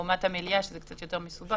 לעומת המליאה שזה קצת יותר מסובך.